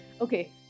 Okay